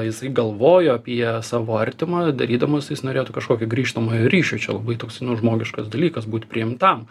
jisai galvojo apie savo artimą darydamas jis norėtų kažkokio grįžtamojo ryšio čia labai toksai nu žmogiškas dalykas būti priimtam